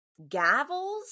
gavels